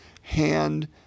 hand